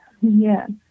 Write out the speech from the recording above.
yes